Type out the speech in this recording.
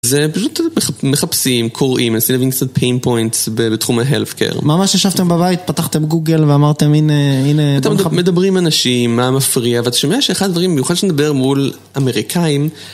זה פשוט מחפשים, קוראים, מנסים להבין קצת pain points בתחום ה healthcare. ממש ישבתם בבית, פתחתם גוגל ואמרתם הנה, אתה מדבר עם אנשים, מה מפריע? ואתה שומע שאחד הדברים במיוחד כשאתה מדבר מול אמריקאים